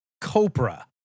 Copra